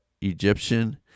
Egyptian